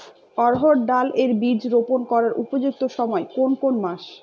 অড়হড় ডাল এর বীজ রোপন করার উপযুক্ত সময় কোন কোন মাস?